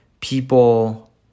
People